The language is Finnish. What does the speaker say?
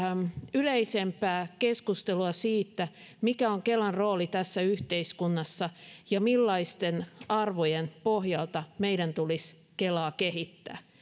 yleisempää keskustelua siitä mikä on kelan rooli tässä yhteiskunnassa ja millaisten arvojen pohjalta meidän tulisi kelaa kehittää